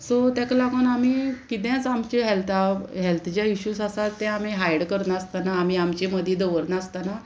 so तेका लागोन आमी किदेंच आमचे हेल्था हेल्थ जे इशूज आसात तें आमी हायड करनासतना आमी आमची मदीं दवरनासतना